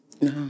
No